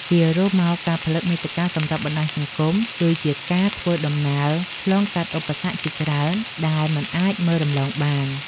ជារួមមក ការផលិតមាតិកាសម្រាប់បណ្ដាញសង្គមគឺជាការធ្វើដំណើរឆ្លងកាត់ឧបសគ្គជាច្រើនដែលមិនអាចមើលរំលងបាន។